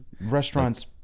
Restaurants